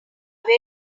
very